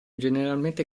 generalmente